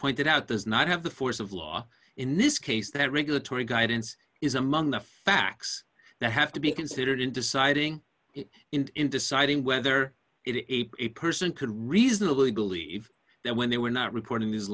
pointed out there's not have the force of law in this case that regulatory guidance is among the facts that have to be considered in deciding it in deciding whether it is a person could reasonably believe that when they were not reporting these